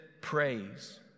praise